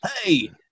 hey